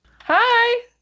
Hi